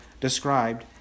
described